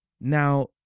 now